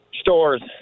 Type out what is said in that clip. Stores